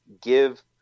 give